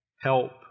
help